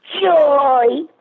Joy